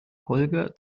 holger